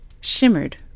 shimmered